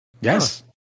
Yes